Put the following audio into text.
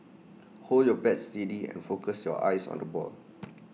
hold your bat steady and focus your eyes on the ball